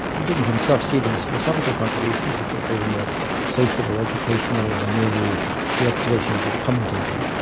he didn't himself see them as philosophical contributions, he thought they were more social or educational or merely the observations of a commentator,